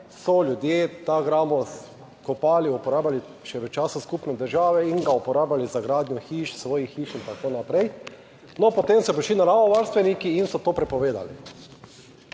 so ljudje ta gramoz kopali, uporabljali še v času skupne države in ga uporabljali za gradnjo hiš, svojih hiš in tako naprej. No, potem so prišli naravovarstveniki in so to prepovedali.